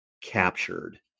captured